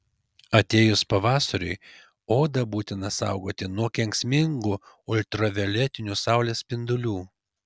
atėjus pavasariui odą būtina saugoti nuo kenksmingų ultravioletinių saulės spindulių